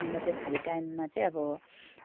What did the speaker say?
अन्त त्यो खाली टाइममा चाहिँ अब